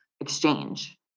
exchange